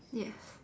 yes